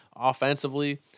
offensively